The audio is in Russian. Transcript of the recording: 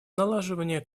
налаживание